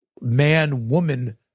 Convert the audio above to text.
man-woman